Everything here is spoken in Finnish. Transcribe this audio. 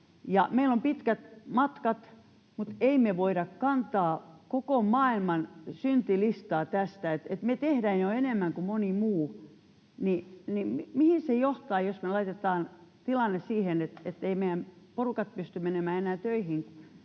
meillä on pitkät matkat, mutta ei me voida kantaa koko maailman syntilistaa tästä, sillä me tehdään jo enemmän kuin moni muu. Mihin se johtaa, jos me laitetaan tilanne siihen, ettei meidän porukat pysty menemään enää töihin,